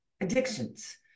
addictions